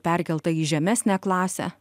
perkelta į žemesnę klasę